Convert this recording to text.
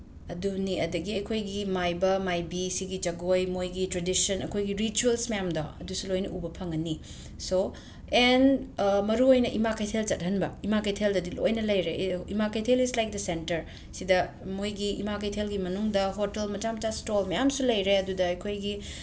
ꯑꯗꯨꯅꯤ ꯑꯗꯒꯤ ꯑꯩꯈꯣꯏꯒꯤ ꯃꯥꯏꯕ ꯃꯥꯏꯕꯤ ꯁꯤꯒꯤ ꯖꯒꯣꯏ ꯃꯣꯏꯒꯤ ꯇ꯭ꯔꯦꯗꯤꯁꯟ ꯑꯩꯈꯣꯏꯒꯤ ꯔꯤꯆ꯭ꯋꯦꯜꯁ ꯃꯌꯥꯝꯗꯣ ꯑꯗꯨꯁꯨ ꯂꯣꯏꯅ ꯎꯕ ꯐꯪꯉꯅꯤ ꯁꯣ ꯑꯦꯟ ꯃꯔꯨꯑꯣꯏꯅ ꯏꯃꯥ ꯀꯩꯊꯦꯜ ꯆꯠꯍꯟꯕ ꯏꯃꯥ ꯀꯩꯊꯦꯜꯗꯗꯤ ꯂꯣꯏꯅ ꯂꯩꯔꯦ Ima Keithel is like the centre ꯁꯤꯗ ꯃꯣꯏꯒꯤ ꯏꯃꯥ ꯀꯩꯊꯦꯜꯒꯤ ꯃꯅꯨꯡꯗ ꯍꯣꯇꯦꯜ ꯃꯆꯥ ꯃꯆꯥ ꯏꯁꯇꯣꯜ ꯃꯌꯥꯝꯁꯨ ꯂꯩꯔꯦ ꯑꯗꯨꯗ ꯑꯩꯈꯣꯏꯒꯤ